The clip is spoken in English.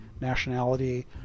nationality